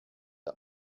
der